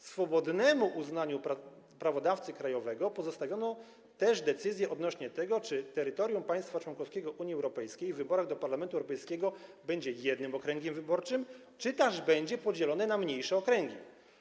Swobodnemu uznaniu prawodawcy krajowego pozostawiono też decyzje odnośnie do tego, czy terytorium państwa członkowskiego Unii Europejskiej w wyborach do Parlamentu Europejskiego będzie jednym okręgiem wyborczym, czy też będzie podzielone na mniejsze okręgi.